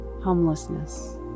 homelessness